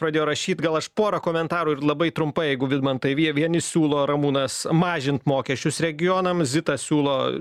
pradėjo rašyt gal aš porą komentarų ir labai trumpai jeigu vidmantai vieni siūlo ramūnas mažint mokesčius regionams zita siūlo